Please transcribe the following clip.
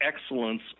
excellence